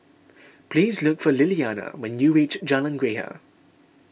please look for Lilianna when you reach Jalan Greja